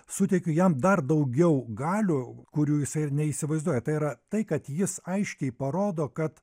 suteikiu jam dar daugiau galių kurių jisai ir neįsivaizduoja tai yra tai kad jis aiškiai parodo kad